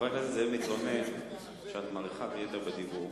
זאב מתלונן שאת מאריכת יתר בדיבור.